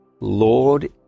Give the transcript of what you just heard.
Lord